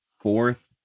fourth